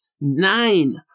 Nine